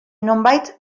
nonbait